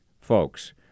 folks